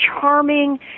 charming